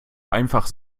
einfach